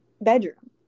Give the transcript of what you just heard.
bedroom